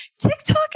TikTok